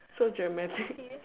so dramatic